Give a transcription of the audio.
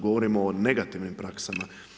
Govorimo o negativnim praksama.